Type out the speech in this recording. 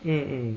mm mm